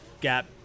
gap